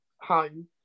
home